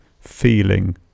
feeling